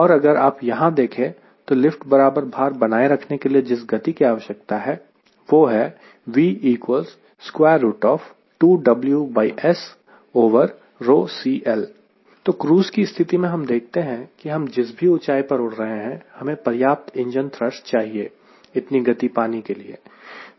और अगर आप यहां देखें तो लिफ्ट बराबर भार बनाए रखने के लिए जिस गति की आवश्यकता है वह है तो क्रूज की स्थिति में हम देखते हैं कि हम जिस भी ऊंचाई पर उड़ रहे हैं हमें पर्याप्त इंजन थ्रस्ट चाहिए इतनी गति पाने करने के लिए